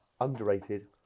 underrated